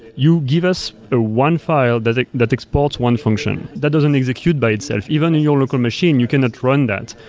you give us a one file that like that exports one function. that doesn't execute by itself. even in your local machine, you cannot run that.